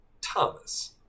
Thomas